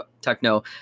techno